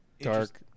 dark